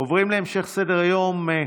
עוברים להצבעה השנייה, בבקשה.